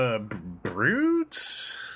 brutes